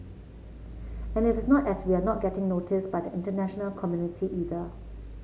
and it is not as we're not getting noticed by the international community either